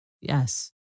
Yes